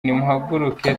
nimuhaguruke